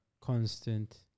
constant